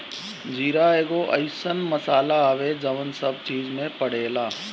जीरा एगो अइसन मसाला हवे जवन सब चीज में पड़ेला